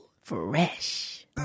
fresh